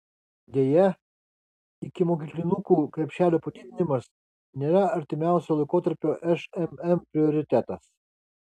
deja ikimokyklinukų krepšelio padidinimas nėra artimiausio laikotarpio šmm prioritetas